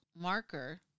marker